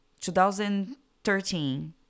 2013